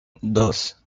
dos